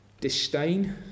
Disdain